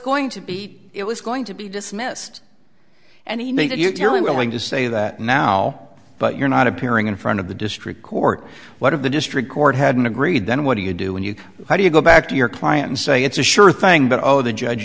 going to be it was going to be dismissed and he made that you're willing to say that now but you're not appearing in front of the district court one of the district court hadn't agreed then what do you do when you do you go back to your client and say it's a sure thing but oh the judge